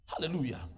Hallelujah